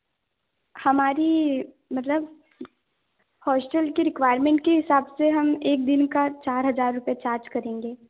हमारी मतलब हॉस्टल की रिकवायरमेंट के हिसाब से हम एक दिन का चार हज़ार रुपये चार्ज करेंगे